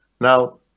Now